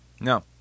No